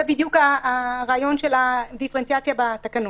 זה בדיוק הרעיון של הדיפרנציאציה בתקנות.